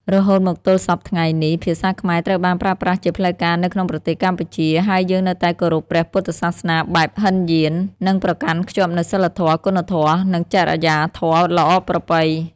រហូតមកទល់សព្វថ្ងៃនេះ ភាសាខ្មែរត្រូវបានប្រើប្រាស់ជាផ្លូវការនៅក្នុងប្រទេសកម្ពុជា ហើយយើងនៅតែគោរពព្រះពុទ្ធសាសនាបែបហីនយាន និងប្រកាន់ខ្ជាប់នូវសីលធម៌ គុណធម៌ និងចរិយាធម៌ល្អប្រពៃ។